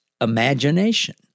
imagination